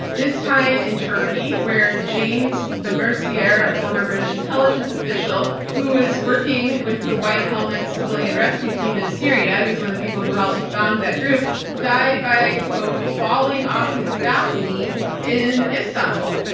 this time in turkey, where james le mesurier, a former british intelligence official who was working with the white helmets civilian rescue team in syria he was among the people who helped found that group died by, quote, falling falling off his balcony in istanbul.